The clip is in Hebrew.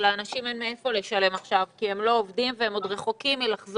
שלאנשים אין מאיפה לשלם עכשיו כי הם לא עובדים והם עוד רחוקים מלחזור